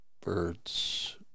birds